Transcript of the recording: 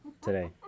Today